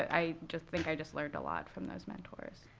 i just think i just learned a lot from those mentors.